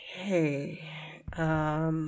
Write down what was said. okay